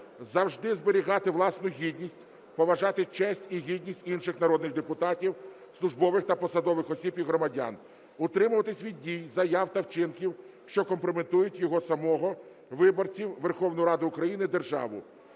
завжди зберігати власну гідність, поважати честь і гідність інших народних депутатів, службових та посадових осіб і громадян, утримувались від дій, заяв та вчинків, що компрометують його самого, виборців, Верховну Раду України, державу.